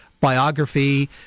biography